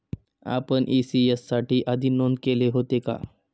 आपण इ.सी.एस साठी आधी नोंद केले होते का?